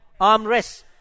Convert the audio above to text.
armrest